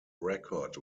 record